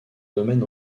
domaine